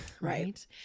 right